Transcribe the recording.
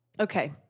Okay